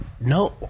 no